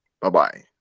bye-bye